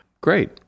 Great